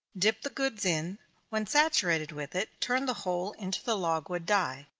dip the goods in when saturated with it, turn the whole into the logwood dye.